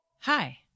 Hi